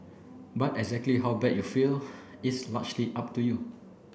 but exactly how bad you feel is largely up to you